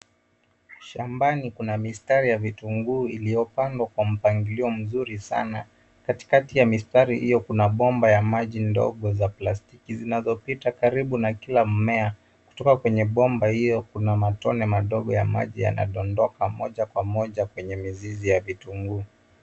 Shambani kuna mistari ya vitunguu iliyopandwa kwa mpangilio mzuri sana. Katikati ya mistari hio kuna bomba ya maji ndogo za plastiki zinazopita karibu na kila mmea. Kutoka kwenye bomba hio kuna matone madogo ya maji yanadondoka moja kwa moja kwenye mizizi ya vitunguu.